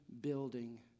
Building